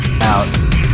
Out